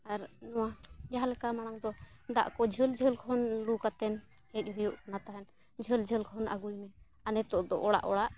ᱟᱨ ᱱᱚᱣᱟ ᱡᱟᱦᱟᱸ ᱞᱮᱠᱟ ᱢᱟᱲᱟᱝ ᱫᱚ ᱫᱟᱜ ᱠᱚ ᱡᱷᱟᱹᱞ ᱡᱷᱟᱹᱞ ᱠᱷᱚᱱ ᱞᱩ ᱠᱟᱛᱮᱱ ᱦᱮᱡ ᱦᱩᱭᱩᱜ ᱠᱟᱱᱟ ᱛᱟᱦᱮᱱ ᱡᱷᱟᱹᱞ ᱡᱷᱟᱹᱞ ᱠᱷᱚᱱ ᱟᱹᱜᱩᱭᱢᱮ ᱟᱨ ᱱᱤᱛᱳᱜ ᱫᱚ ᱚᱲᱟᱜ ᱚᱲᱟᱜ